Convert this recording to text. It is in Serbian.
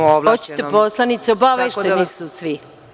Hoćete poslanice, obavešteni su svi.